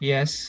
Yes